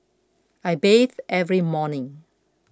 I bathe every morning